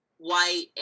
white